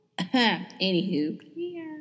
Anywho